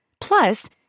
Plus